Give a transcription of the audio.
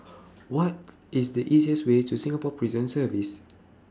What IS The easiest Way to Singapore Prison Service